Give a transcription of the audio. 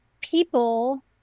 people